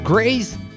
Grace